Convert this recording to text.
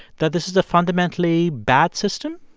that this is a fundamentally bad system?